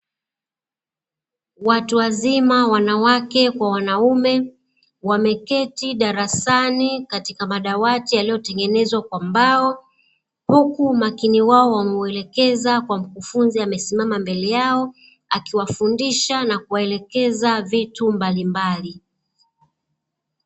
Watu wazima wanawake kwa wanaume, wameketi darasani katika madawati yaliyotengenezwa kwa mbao, huku umakini wao wameuelekeza kwa mkufunzi amesimama mbele yao akiwafundisha na kuwaelekeza vitu mbalimbali.